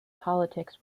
politics